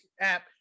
app